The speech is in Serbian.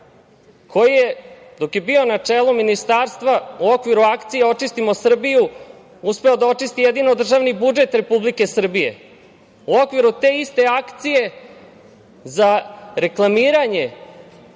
koji je, dok je bio na čelu Ministarstva, u okviru akcije „Očistimo Srbiju“ uspeo da očisti jedino državni budžet Republike Srbije.U okviru te iste akcije za reklamiranje